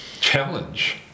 challenge